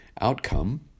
outcome